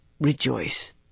rejoice